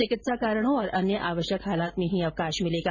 चिकित्सा कारणों और अन्य आवश्यक हालात में ही अवकाश मिलेगा